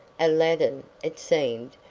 aladdin, it seemed,